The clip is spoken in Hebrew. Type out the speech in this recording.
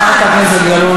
זהבה, היהדות שלנו.